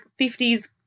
50s